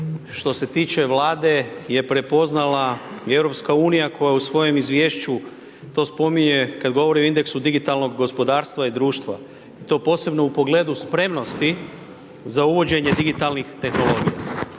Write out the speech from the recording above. što se tiče Vlade je prepoznala i EU koja u svojem izvješću to spominje kada govori o indeksu digitalnog gospodarstva i društva i to posebno u pogledu spremnosti za uvođenje digitalnih tehnologija.